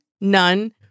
None